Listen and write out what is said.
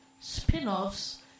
spin-offs